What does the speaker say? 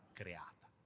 creata